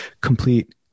complete